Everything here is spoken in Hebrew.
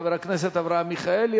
חבר הכנסת אברהם מיכאלי.